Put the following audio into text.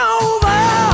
over